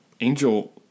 Angel